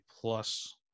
plus